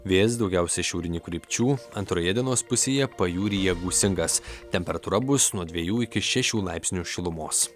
vėjas daugiausia šiaurinių krypčių antroje dienos pusėje pajūryje gūsingas temperatūra bus nuo dviejų iki šešių laipsnių šilumos